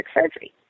surgery